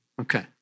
Okay